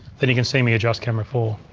then you can see me adjust camera four.